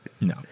No